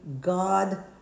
God